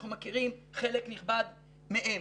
אנחנו מכירים חלק נכבד מהם.